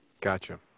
Gotcha